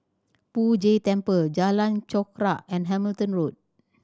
Poh Jay Temple Jalan Chorak and Hamilton Road